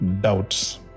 doubts